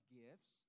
gifts